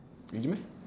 really meh